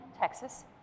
Texas